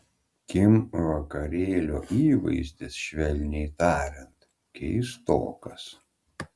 kim vakarėlio įvaizdis švelniai tariant keistokas